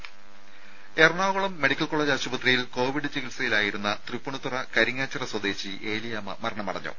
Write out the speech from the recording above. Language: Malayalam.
രുമ എറണാകുളം മെഡിക്കൽ കോളേജ് ആശുപത്രിയിൽ കോവിഡ് ചികിത്സയിലായിരുന്ന തൃപ്പൂണിത്തുറ കരിങ്ങാച്ചിറ സ്വദേശി ഏലിയാമ്മ കോവിഡ് മരണമടഞ്ഞു